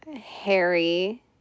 Harry